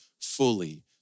fully